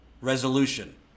resolution